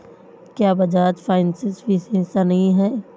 क्या बजाज फाइनेंस विश्वसनीय है?